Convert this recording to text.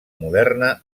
moderna